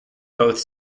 both